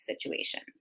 situations